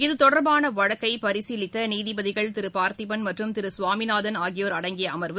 இத்தொடர்பான வழக்கை பரிசீலித்த நீதிபதிகள் திரு பார்த்திபள் மற்றும் திரு சுவாமிநாதன் ஆகியோர் அடங்கிய அமர்வு